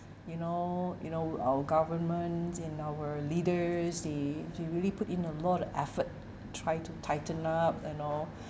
you know you know our government and our leaders they they really put in a lot of effort try to tighten up and all